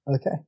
Okay